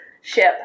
Ship